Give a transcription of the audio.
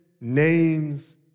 name's